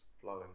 flowing